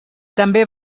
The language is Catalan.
també